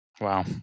Wow